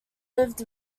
lived